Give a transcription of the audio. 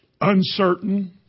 uncertain